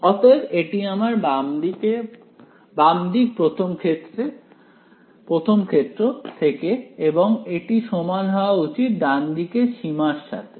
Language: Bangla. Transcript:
অতএব এটি আমার বামদিক প্রথম ক্ষেত্র থেকে এবং এটি সমান হওয়া উচিত ডান দিকের সীমা এর সাথে